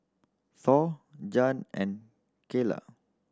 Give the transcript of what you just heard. Thor Jann and Cayla